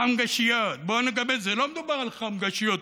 חמגשיות, לא מדובר על חמגשיות,